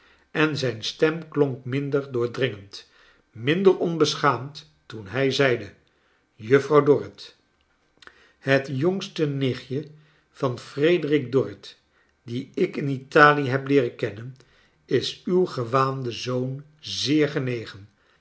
en zijn stem kionk minder doordringend minder onbeschaamd toen hij zeide jufi'rouw dorrit het jongste nichtje van frederik dorrit die ik in italic heb leer en kennen is uw gewaanden zoon zeer genegen